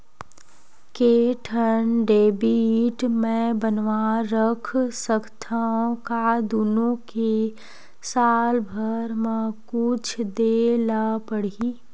के ठन डेबिट मैं बनवा रख सकथव? का दुनो के साल भर मा कुछ दे ला पड़ही?